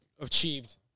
achieved